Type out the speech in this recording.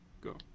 go